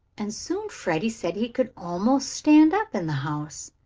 and soon freddie said he could almost stand up in the house.